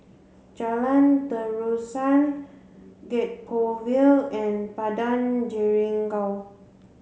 Jalan Terusan Gek Poh Ville and Padang Jeringau